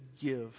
give